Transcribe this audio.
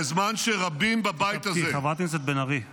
בזמן שרבים בבית הזה -- למה אתה לא מתנצל בפני